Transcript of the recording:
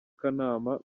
kanama